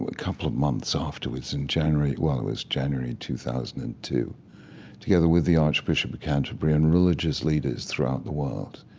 couple of months afterwards. in january well, it was january two thousand and two together with the archbishop of canterbury and religious leaders throughout the world.